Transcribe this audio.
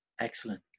Excellent